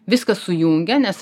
viską sujungia nes